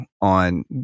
on